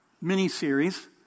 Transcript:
mini-series